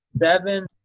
seven